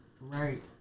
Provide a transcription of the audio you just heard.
Right